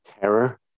terror